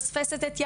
מפספסת את יעדה,